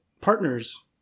partners